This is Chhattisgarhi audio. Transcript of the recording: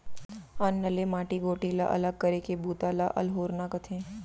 अन्न ले माटी गोटी ला अलग करे के बूता ल अल्होरना कथें